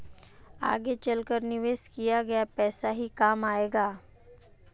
आगे चलकर निवेश किया गया पैसा ही काम आएगा